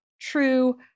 true